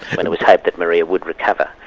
when it was hoped that maria would recover.